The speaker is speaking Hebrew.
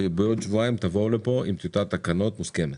בעוד שבועיים תבואו לפה עם טיוטת תקנות מוסכמת.